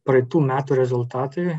praeitų metų rezultatai